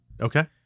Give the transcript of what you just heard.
okay